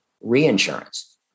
reinsurance